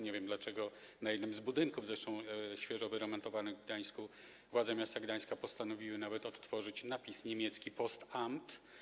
Nie wiem, dlaczego na jednym z budynków, zresztą świeżo wyremontowanych, w Gdańsku władze miasta Gdańska postanowiły nawet odtworzyć napis niemiecki Postamt.